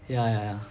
ya ya ya